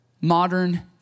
modern